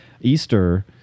Easter